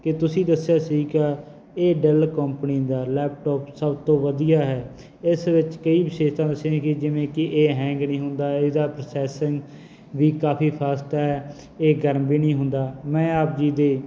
ਕਿ ਤੁਸੀਂ ਦੱਸਿਆ ਸੀ ਕਿ ਇਹ ਡੈਲ ਕੰਪਨੀ ਦਾ ਲੈਪਟੋਪ ਸਭ ਤੋਂ ਵਧੀਆ ਹੈ ਇਸ ਵਿੱਚ ਕਈ ਵਿਸ਼ੇਸ਼ਤਾ ਦੱਸੀਆਂ ਸੀ ਕਿ ਜਿਵੇਂ ਕਿ ਇਹ ਹੈਂਗ ਨਹੀਂ ਹੁੰਦਾ ਇਹਦਾ ਪ੍ਰੋਸੈਸਿੰਗ ਵੀ ਕਾਫੀ ਫਾਸਟ ਹੈ ਇਹ ਗਰਮ ਵੀ ਨਹੀਂ ਹੁੰਦਾ ਮੈਂ ਆਪ ਜੀ ਦੇ